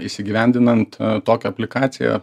įsigyvendinant tokią aplikaciją